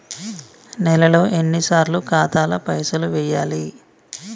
నెలలో ఎన్నిసార్లు ఖాతాల పైసలు వెయ్యాలి?